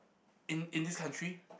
in in this country